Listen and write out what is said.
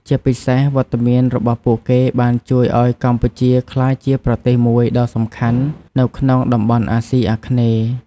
ជាពិសេស វត្តមានរបស់ពួកគេបានជួយឱ្យកម្ពុជាក្លាយជាប្រទេសមួយដ៏សំខាន់នៅក្នុងតំបន់អាស៊ីអាគ្នេយ៍។